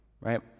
right